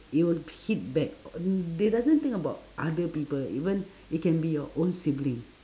it will hit back on on~ they doesn't think about other people even it can be your own sibling